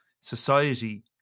society